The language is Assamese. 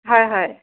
হয় হয়